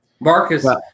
Marcus